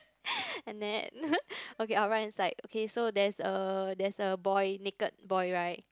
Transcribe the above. and then okay our right hand side okay so there's there's a boy naked boy right